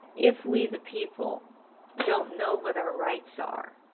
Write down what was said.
if we the people don't know what our rights are,